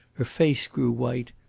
her face grew white,